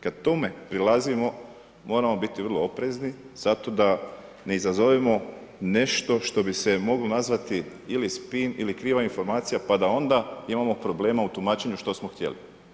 Kad tome prilazimo, moramo biti vrlo oprezni zato da ne izazovemo nešto što bi se moglo nazvati ili spin ili kriva informacija pa da onda imamo problema u tumačenju što smo htjeli.